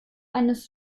eines